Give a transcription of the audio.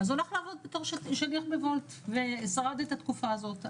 אז הוא הלך לעבוד בתור שליח בוולט ושרד את התקופה הזאת.